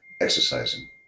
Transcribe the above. exercising